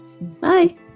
bye